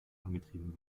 angetrieben